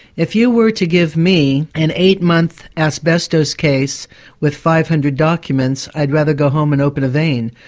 if you were to give me an eight-month asbestos case with five hundred documents, i'd rather go home and open a vein.